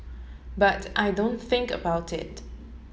but I don't think about it